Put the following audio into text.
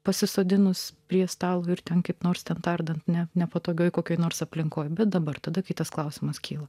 pasisodinus prie stalo ir ten kaip nors ten tardant ne nepatogioje kokioje nors aplinkoje bet dabar tada kitas klausimas kyla